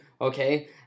Okay